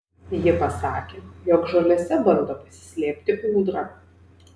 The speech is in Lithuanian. ji pasakė jog žolėse bando pasislėpti ūdra